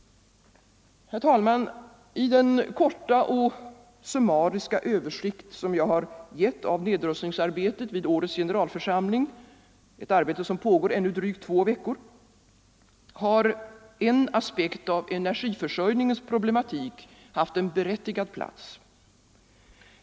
Herr talman! I den korta summariska översikt som jag har gett av nedrustningsarbetet vid årets generalförsamling, ett arbete som pågår ännu drygt två veckor, har en aspekt av energiförsörjningens problematik haft en berättigad plats.